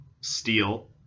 steel